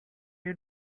you